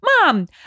mom